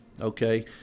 okay